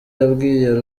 yabwiye